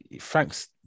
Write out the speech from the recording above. Frank's